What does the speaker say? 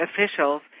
officials